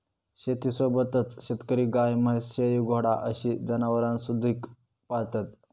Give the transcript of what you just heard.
शेतीसोबतच शेतकरी गाय, म्हैस, शेळी, घोडा अशी जनावरांसुधिक पाळतत